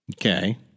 Okay